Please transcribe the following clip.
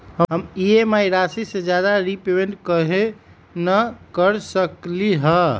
हम ई.एम.आई राशि से ज्यादा रीपेमेंट कहे न कर सकलि ह?